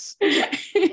Yes